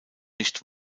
nicht